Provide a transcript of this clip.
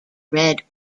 red